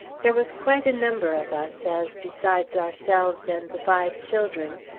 there was quite a number of us, as, besides ourselves and the five children,